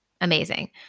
Amazing